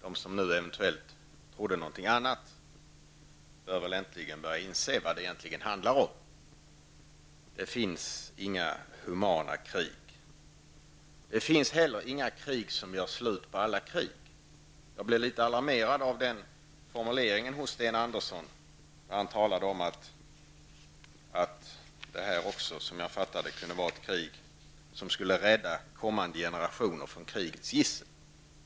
De som eventuellt trodde någonting annat bör väl äntligen börja inse vad det egentligen handlar om. Det finns inga humana krig. Det finns heller inga krig som gör slut på alla krig. Jag blev litet alarmerad av den formulering i Sten Anderssons svar där han talade om att detta krig, som jag förstod det, kunde vara ett krig som skulle rädda kommande generationer från krigets gissel.